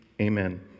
Amen